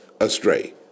astray